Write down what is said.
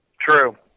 True